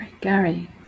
Gary